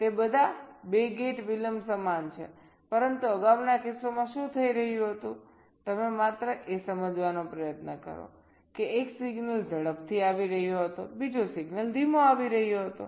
તે બધા 2 ગેટ વિલંબ સમાન છે પરંતુ અગાઉના કિસ્સામાં શું થઈ રહ્યું હતું તમે માત્ર એ સમજવાનો પ્રયત્ન કરો કે એક સિગ્નલ ઝડપથી આવી રહ્યો હતો બીજો સિગ્નલ ધીમો આવી રહ્યો હતો